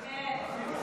כן.